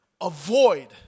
avoid